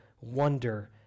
wonder